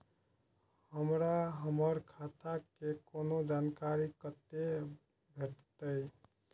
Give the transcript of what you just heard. हमरा हमर खाता के कोनो जानकारी कते भेटतै